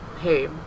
hey